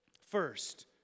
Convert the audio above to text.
First